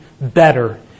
better